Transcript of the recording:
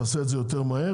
היא תעשה את זה יותר מהר,